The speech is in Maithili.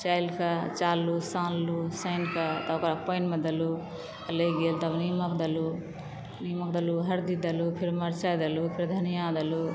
चालि के चालि लेलहुॅं सानलहुॅं सानि के तब ओकरा पानि मे देलूहुॅं अलैग गेल तब नीमक देलहुॅं नीमक देलहुॅं हरदी देलहुॅं फेर मरचाई देलहुॅं फेर धनिया देलहुॅं